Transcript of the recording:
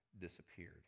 disappeared